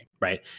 right